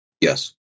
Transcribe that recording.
Yes